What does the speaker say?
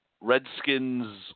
Redskins